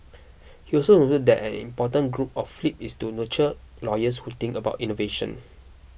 he also noted that important goal of Flip is to nurture lawyers who think about innovation